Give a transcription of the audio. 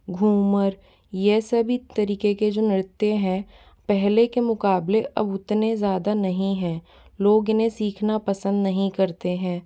घूमर यह सभी तरीके के जो नृत्य हैं पहले के मुकाबले अब उतने ज़्यादा नहीं हैं लोग इन्हें सीखना पसंद नहीं करते हैं